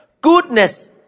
goodness